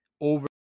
over